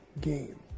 game